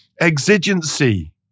exigency